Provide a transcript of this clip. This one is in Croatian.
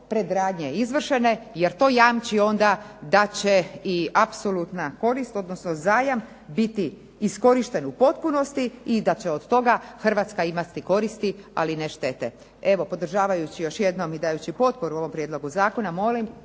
predradnje izvršene jer to jamči ona da će i ona apsolutna korist odnosno zajam biti iskorišten u potpunosti i da će od toga Hrvatska imati koristi, ali ne štete. Evo podržavajući još jednom i dajući potporu ovom prijedlogu zakona molim